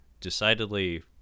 decidedly